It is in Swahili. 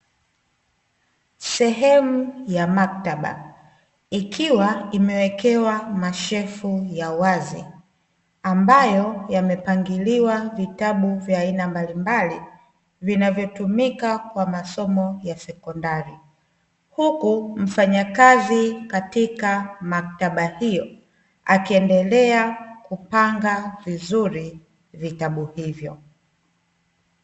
Sehemu ya maktaba, ikiwa imewekewa mashelfu ya wazi ambayo yamepangiliwa vitabu vya aina mbalimbali vinavyotumika kwa masomo ya sekondari. Huku mfanyakazi katika maktaba hiyo, akiendelea kupanga vizuri vitabu hivyo.